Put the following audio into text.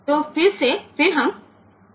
तो फिर हम उस db 4 पर जाते हैं